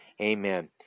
Amen